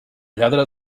lladre